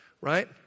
right